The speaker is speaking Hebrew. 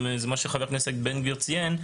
וזה מה שח"כ בן גביר ציין,